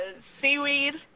seaweed